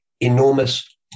enormous